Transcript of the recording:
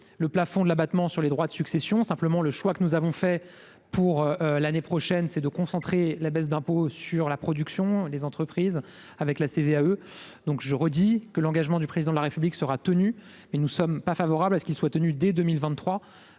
le plafond de l'abattement sur les droits de succession, simplement le choix que nous avons fait pour l'année prochaine c'est de concentrer la baisse d'impôts sur la production des entreprises avec la CVAE donc je redis que l'engagement du président de la République sera tenu, mais nous sommes pas favorables à ce qu'il soit tenu dès 2023,